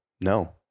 No